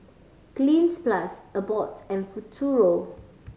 Cleanz Plus Abbott and Futuro